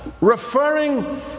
referring